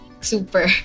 super